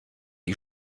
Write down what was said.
die